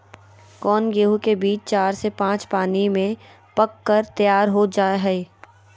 कौन गेंहू के बीज चार से पाँच पानी में पक कर तैयार हो जा हाय?